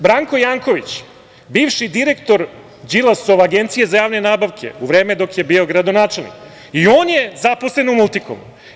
Branko Janković, bivši direktor Đilasove agencije za javne nabavke u vreme dok je bio gradonačelnik i on je zaposlen u „Multikomu“